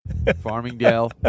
Farmingdale